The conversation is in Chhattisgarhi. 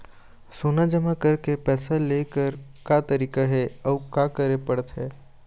सोना जमा करके पैसा लेकर का तरीका हे अउ का करे पड़थे?